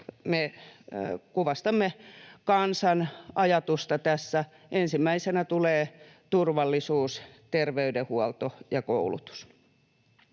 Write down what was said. me kuvastamme kansan ajatusta tässä. Ensimmäisenä tulee turvallisuus, terveydenhuolto ja koulutus.